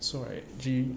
so I think